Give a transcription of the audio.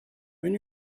when